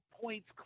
points